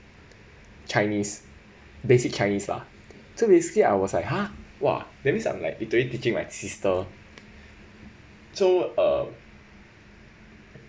chinese basic chinese lah so basically I was I !huh! !wah! that means I'm like literally teaching my sister so uh